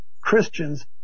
Christians